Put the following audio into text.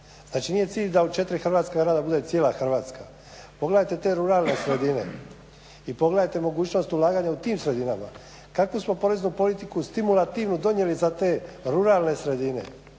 Znači, nije cilj da u 4 hrvatska grada bude cijela Hrvatska. Pogledajte te ruralne sredine i pogledajte mogućnost ulaganja u tim sredinama. Kakvu smo poreznu politiku stimulativnu donijeli za te ruralne sredine